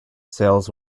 sales